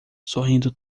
sorrindo